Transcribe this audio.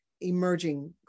emerging